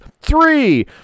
three